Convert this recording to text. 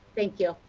thank you.